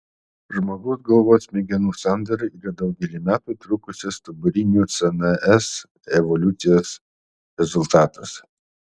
žmogaus galvos smegenų sandara yra daugelį metų trukusios stuburinių cns evoliucijos rezultatas